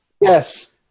Yes